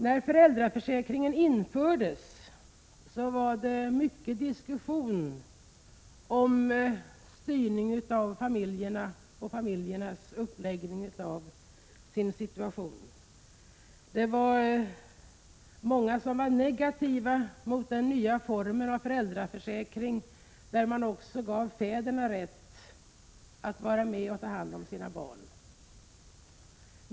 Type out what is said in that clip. När föräldraförsäkringen infördes var det mycket diskussion om styrning 111 en av familjerna och familjernas uppläggning av sin situation. Många var negativa mot den nya formen av föräldraförsäkring, där man också gav fäderna rätt att vara med och ta hand om sina barn.